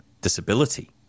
disability